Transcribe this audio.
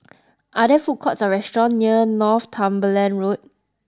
are there food courts or restaurant near Northumberland Road